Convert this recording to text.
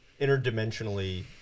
Interdimensionally